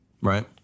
right